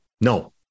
No